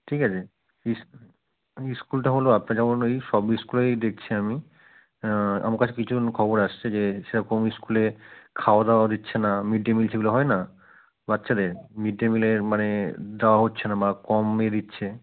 ঠিক আছে ইস্কুলটা হলো আপনার যেমন এই সব ইস্কুলেই দেখছি আমি আমার কাছে কিছু এরকম খবর আসছে যে সেরকম ইস্কুলে খাওয়াদাওয়া দিচ্ছে না মিড ডে মিল যেগুলো হয় না বাচ্চাদের মিড ডে মিলের মানে দেওয়া হচ্ছে না বা কমই দিচ্ছে